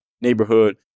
neighborhood